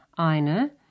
eine